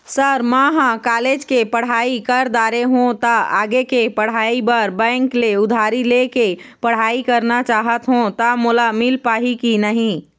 Sir म ह college के पढ़ाई कर दारें हों ता आगे के पढ़ाई बर बैंक ले उधारी ले के पढ़ाई करना चाहत हों ता मोला मील पाही की नहीं?